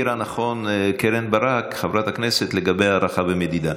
העירה נכון חברת הכנסת קרן ברק לגבי הערכה ומדידה.